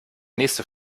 nächste